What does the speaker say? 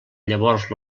llavors